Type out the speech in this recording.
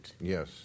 Yes